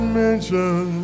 mention